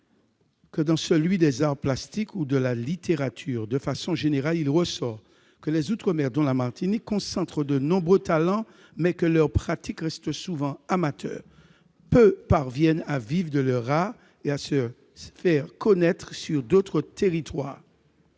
vivant, celui des arts plastiques ou de la littérature. De façon générale, il ressort que les outre-mer, dont la Martinique, concentrent de nombreux talents, mais que leur pratique reste souvent celle d'amateurs. Peu parviennent à vivre de leur art et à se faire connaître sur d'autres territoires.